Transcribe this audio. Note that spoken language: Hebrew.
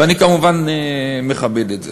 ואני כמובן מכבד את זה,